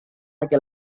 laki